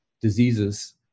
diseases